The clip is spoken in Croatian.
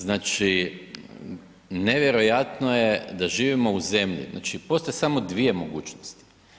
Znači, nevjerojatno je da živimo u zemlji znači postoje samo dvije mogućnosti.